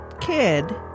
kid